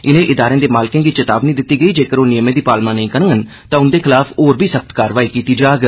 इनें इदारें दे मालकें गी चेतावनी दित्ती गेई जेगर ओह नियमें दी पालमा नेई करडन तां उंदे खलाफ होर बी सख्त कार्रवाई कीती जाग